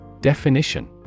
Definition